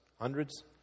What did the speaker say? Hundreds